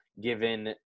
given